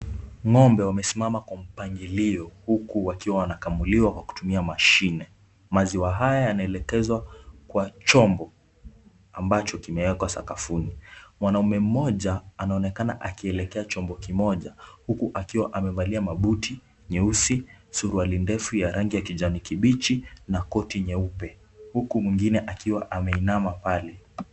Ng'ombe wamesimama kwa mpangilo huku wakiwa wanakamuliwa kwa kutumia mashine. Maziwa haya yanaelekezwa kwa chombo ambacho kimewekwa sakafuni. Mwanaume mmoja anaonekana akielekea chombo kimoja huku akiwa amevalia mabuti nyeusi, suruali ndefu ya rangi ya kijani kibichi na koti nyeupe huku mwingine akiwa ameinama pale.